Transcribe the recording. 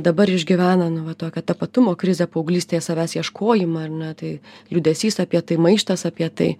dabar išgyvena nu va tokią tapatumo krizę paauglystėje savęs ieškojimą ar ne tai liūdesys apie tai maištas apie tai